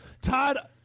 Todd –